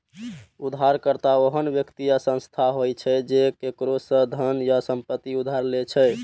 उधारकर्ता ओहन व्यक्ति या संस्था होइ छै, जे केकरो सं धन या संपत्ति उधार लै छै